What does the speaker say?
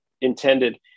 intended